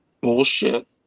bullshit